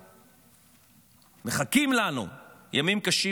מחכים לנו ימים קשים,